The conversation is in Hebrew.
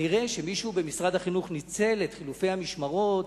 מישהו במשרד החינוך כנראה ניצל את חילופי המשמרות,